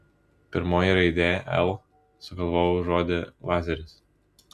pirmoji raidė l sugalvoju žodį lazeris